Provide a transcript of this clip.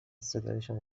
صدایشان